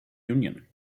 union